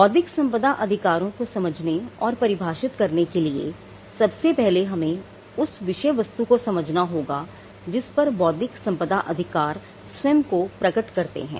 बौद्धिक संपदा अधिकारों को समझने और परिभाषित करने के लिए सबसे पहले हमें उस विषय वस्तु को समझना होगा जिस पर बौद्धिक संपदा अधिकार स्वयं को प्रकट करते हैं